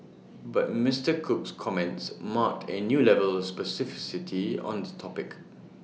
but Mister Cook's comments marked A new level of specificity on the topic